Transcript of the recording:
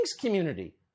community